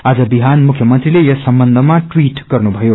आज बिहान मुख्यमंत्रीले यस सम्बन्धमा टवीट गर्नुभयो